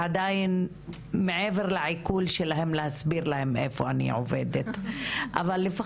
ועד כמה שאני יודעת איך מתקדמים חוקים לפעמים בבית הזה,